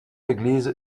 église